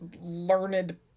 learned